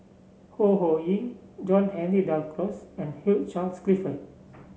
Ho Ho Ying John Henry Duclos and Hugh Charles Clifford